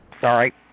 Sorry